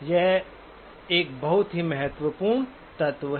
यह एक बहुत ही महत्वपूर्ण तत्व है